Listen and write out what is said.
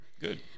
good